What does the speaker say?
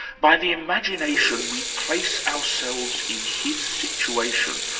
by the imagination we place ourselves in his situation,